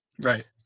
right